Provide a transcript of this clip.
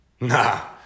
Nah